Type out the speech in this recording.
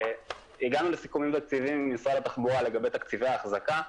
הגענו לסיכומים תקציביים עם משרד התחבורה לגבי תקציבי האחזקה,